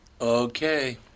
Okay